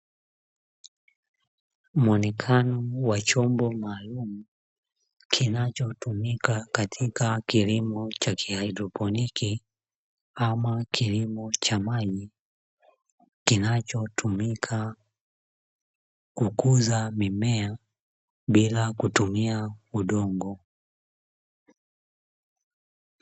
Muonekano wa chombo maalumu, kinachotumika katika kilimo cha kihaidroponi, ama kilimo cha maji. Kinachotumika kukuza mimea bila kutumia udongo.